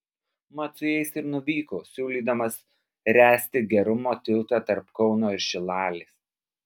mat su jais ir nuvyko siūlydamas ręsti gerumo tiltą tarp kauno ir šilalės